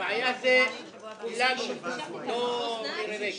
ההיסטוריה תשפוט אתכם על החוק הזה.